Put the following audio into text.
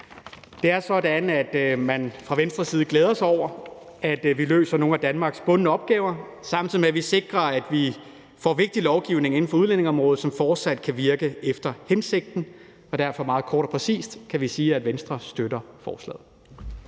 Det er sådan, at vi fra Venstres side glæder os over, at vi løser nogle af Danmarks bundne opgaver, samtidig med at vi sikrer, at vi får vigtig lovgivning inden for udlændingeområdet, så den fortsat kan virke efter hensigten. Og der kan vi meget kort og præcist sige, at Venstre støtter forslaget.